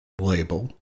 label